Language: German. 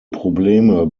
probleme